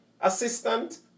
assistant